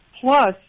Plus